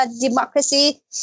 democracy